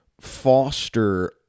foster